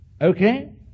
Okay